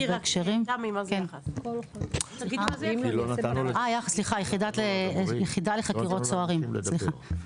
יח"ס היא היחידה לחקירות סוהרים.